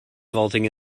vaulting